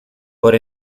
por